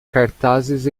cartazes